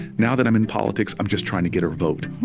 now that i'm in politics, i'm just trying to get her vote.